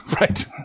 right